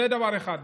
זה, דבר אחד.